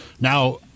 Now